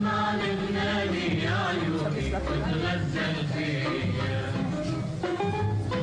היום ה- 15 לפברואר 2022. היום אנחנו